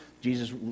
Jesus